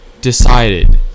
decided